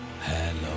Hello